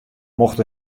mocht